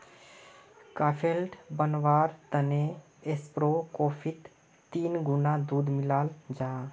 cafe latte बनवार तने espresso कोफ्फीत तीन गुणा दूध मिलाल जाहा